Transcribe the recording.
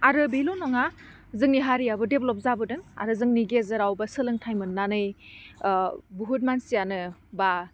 आरो बिल' नङा जोंनि हारियाबो डेभ्लप जाबोदों आरो जोंनि गेजेरावबो सोलोंथाइ मोन्नानै ओह बुहुत मानसियानो बा